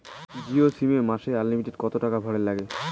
Jio SIM এ মাসে unlimited কত টাকা ভরের নাগে?